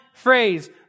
phrase